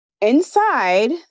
Inside